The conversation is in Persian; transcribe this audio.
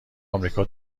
امریکا